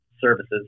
services